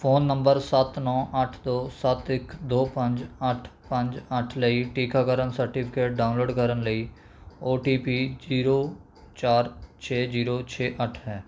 phone number ਸੱਤ ਨੌ ਅੱਠ ਦੋ ਸੱਤ ਇੱਕ ਦੋ ਪੰਜ ਅੱਠ ਪੰਜ ਅੱਠ ਲਈ ਟੀਕਾਕਰਨ ਸਰਟੀਫਿਕੇਟ ਡਾਊਨਲੋਡ ਕਰਨ ਲਈ ਓ ਟੀ ਪੀ ਜ਼ੀਰੋ ਚਾਰ ਛੇ ਜ਼ੀਰੋ ਛੇ ਅੱਠ ਹੈ